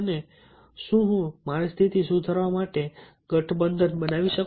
અને શું હું મારી સ્થિતિ સુધારવા માટે ગઠબંધન બનાવી શકું